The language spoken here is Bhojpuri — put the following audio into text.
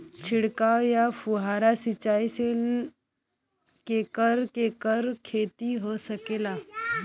छिड़काव या फुहारा सिंचाई से केकर केकर खेती हो सकेला?